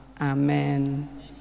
Amen